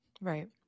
Right